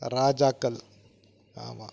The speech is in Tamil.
ராஜாக்கள் ஆமாம்